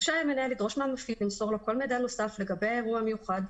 רשאי המנהל לדרוש מהמפעיל למסור לו כל מידע נוסף לגבי האירוע המיוחד,